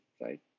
right